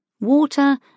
water